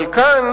אבל כאן,